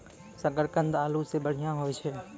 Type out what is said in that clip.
शकरकंद आलू सें बढ़िया होय छै